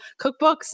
cookbooks